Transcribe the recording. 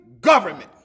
government